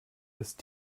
ist